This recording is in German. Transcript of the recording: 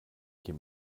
geht